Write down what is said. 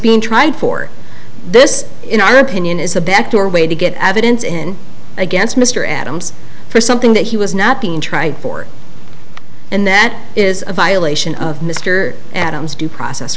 being tried for this in our opinion is a backdoor way to get evidence in against mr adams for something that he was not being tried for and that is a violation of mr adams due process